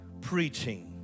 preaching